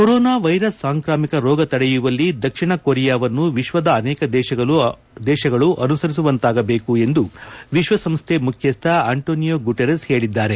corona virus ಸಾಂಕ್ರಾಮಿಕ ರೋಗ ತಡೆಯುವಲ್ಲಿ ದಕ್ಷಿಣ ಕೊರಿಯಾವನ್ನು ವಿಶ್ವದ ಅನೇಕ ದೇಶಗಳು ಅನುಸರಿಸುವಂತಾಗಬೇಕು ಎಂದು ವಿಶ್ವಸಂಸ್ಥೆ ಮುಖ್ಯಸ್ಥ ಆಂಟೋನಿಯೊ ಗುಟೇರಸ್ ಹೇಳಿದ್ದಾರೆ